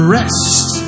rest